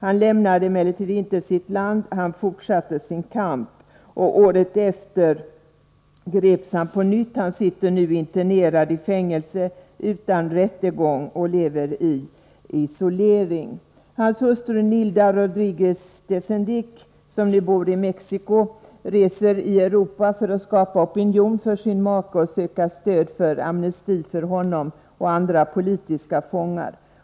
Han lämnade emellertid inte sitt land, utan fortsatte sin kamp. Året därefter greps han på nytt, och han sitter sedan 1972 internerad i fängelse — utan rättegång — och lever i isolering. Sendics hustru Nilda Rodriguez de Sendic, som nu bor i Mexico, reser i Europa för att skapa opinion för sin make och söka stöd för att amnesti beviljas honom och andra politiska fångar.